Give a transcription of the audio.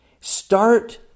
Start